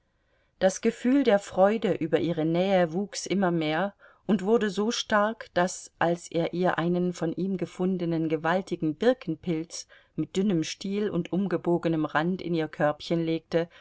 das gefühl der freude über ihre nähe wuchs immer mehr und wurde so stark daß als er ihr einen von ihm gefundenen gewaltigen birkenpilz mit dünnem stiel und umgebogenem rand in ihr körbchen legte